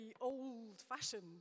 old-fashioned